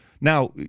now